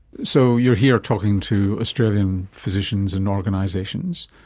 so you're here talking to australian physicians and organisations.